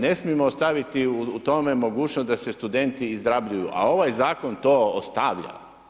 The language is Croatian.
Ne smijemo ostaviti u tome mogućnost da se studenti izrabljuju a ovaj zakon to ostavlja.